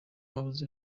umuyobozi